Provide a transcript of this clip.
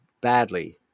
badly